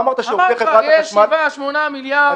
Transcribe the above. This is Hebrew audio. הוא אמר כבר יש 7 - 8 מיליארד.